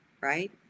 right